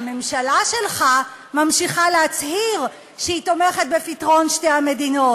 הממשלה שלך ממשיכה להצהיר שהיא תומכת בפתרון שתי המדינות.